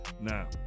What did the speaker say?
Now